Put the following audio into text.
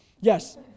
Yes